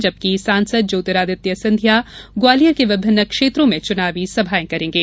जबकि सांसद ज्योतिरादित्य सिंधिया ग्वालियर के विभिन्न क्षेत्रों में चुनावी सभाएं करेंगे